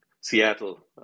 Seattle